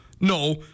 No